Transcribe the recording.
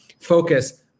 focus